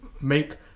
make